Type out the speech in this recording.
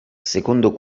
secondo